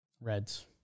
Reds